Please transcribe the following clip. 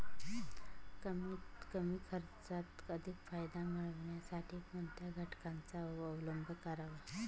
कमीत कमी खर्चात अधिक फायदा मिळविण्यासाठी कोणत्या घटकांचा अवलंब करावा?